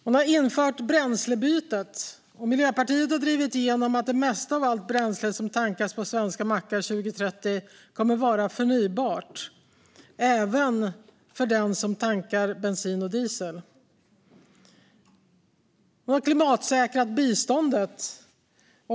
Hon har infört Bränslebytet. Miljöpartiet har drivit igenom att det mesta av allt bränsle som tankas på svenska mackar 2030 kommer att vara förnybart, även för den som tankar bensin och diesel. Hon har klimatsäkrat biståndet.